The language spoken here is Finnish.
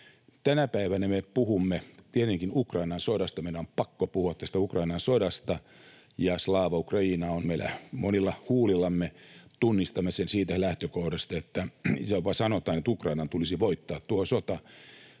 Tänä päivänä me puhumme tietenkin Ukrainan sodasta, meidän on pakko puhua Ukrainan sodasta, ja ”slava Ukrajini” on meillä monilla huulillamme. Tunnistamme sen siitä lähtökohdasta, että jopa sanotaan, että Ukrainan tulisi voittaa tuo sota.